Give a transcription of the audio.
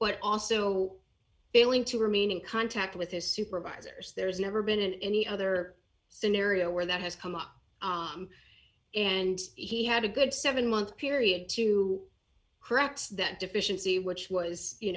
but also failing to remain in contact with his supervisors there's never been any other scenario where that has come up and he had a good seven month period to correct that deficiency which was you